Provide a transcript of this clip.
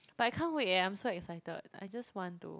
but I can't wait eh I'm so excited I just want to